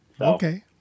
Okay